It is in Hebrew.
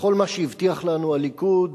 לכל מה שהבטיח לנו הליכוד,